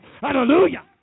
Hallelujah